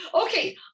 Okay